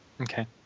Okay